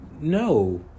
no